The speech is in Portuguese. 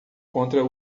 contra